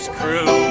crew